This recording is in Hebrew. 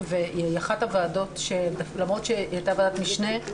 והיא אחת הוועדות שלמרות שהיא הייתה ועדת משנה,